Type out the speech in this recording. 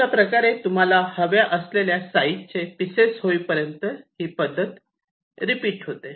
अशाप्रकारे तुम्हाला हव्या असलेले साईजचे पिसेस होईपर्यंत ही पद्धत रिपीट होते